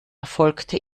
erfolgte